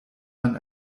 man